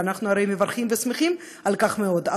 ואנחנו הרי מברכים ושמחים על כך מאוד.